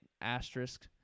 asterisk